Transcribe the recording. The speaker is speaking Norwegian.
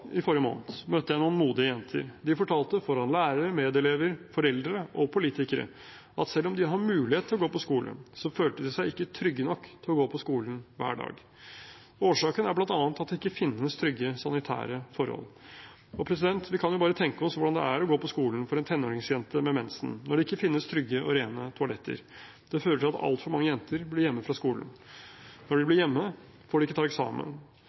forrige måned, møtte jeg noen modige jenter. De fortalte – foran lærere, medelever, foreldre og politikere – at selv om de har mulighet til å gå på skole, følte de seg ikke trygge nok til å gå på skolen hver dag. Årsaken er bl.a. at det ikke finnes trygge sanitære forhold. Vi kan jo bare tenke oss hvordan det er å gå på skolen for en tenåringsjente med mensen når det ikke finnes trygge og rene toaletter. Det fører til at altfor mange jenter blir hjemme fra skolen. Når de blir hjemme, får de ikke